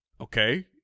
okay